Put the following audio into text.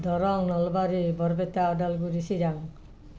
Darrang Nalbari Barpeta Udalguri Chirang